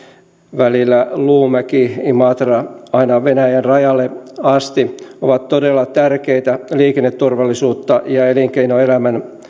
välillä luumäki imatra aina venäjän rajalle asti ovat todella tärkeitä liikenneturvallisuutta ja ja elinkeinoelämän